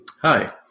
Hi